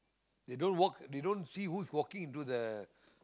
they don't walk they don't see who's walking to the